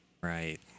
Right